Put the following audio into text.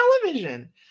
television